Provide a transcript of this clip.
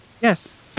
Yes